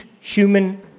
human